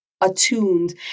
attuned